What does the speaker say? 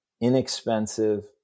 inexpensive